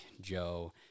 Joe